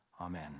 Amen